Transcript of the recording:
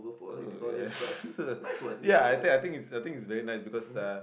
ugh ya I think I think I think is very nice because uh